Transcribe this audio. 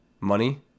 money